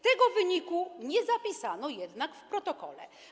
Tego wyniku nie zapisano jednak w protokole.